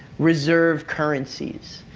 reserve currencies,